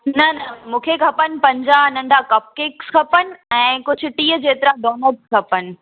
न न मूंखे खपनि पंजाह नंढा कप केक्स खपनि ऐं कुझु टीह जेतिरा डोनट्स खपनि